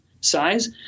size